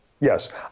Yes